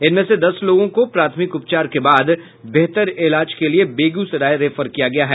इनमें से दस लोगों को प्राथमिक उपचार के बाद बेहतर इलाज के लिए बेगूसराय रेफर किया गया है